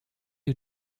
you